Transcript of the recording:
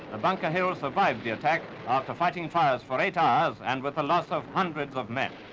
the bunker hill survived the attack after fighting fires for eight hours, and but the loss of hundreds of men.